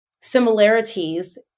similarities